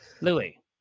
Louis